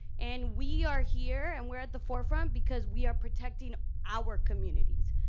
and we are here and we're at the forefront because we are protecting our communities.